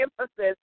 emphasis